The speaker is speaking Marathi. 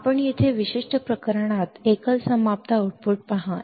आपण येथे या विशिष्ट प्रकरणात एकल समाप्त आउटपुट पहा